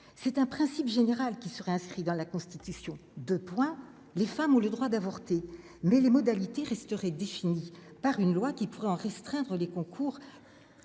c'est un principe général qui serait inscrit dans la constitution de points, les femmes ont le droit d'avorter mais les modalités resteraient défini par une loi qui pourrait en restreindre les concours,